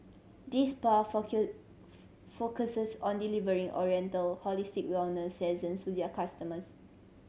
this spa focuses on delivering oriental holistic wellness sessions to their customers